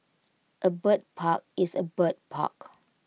A bird park is A bird park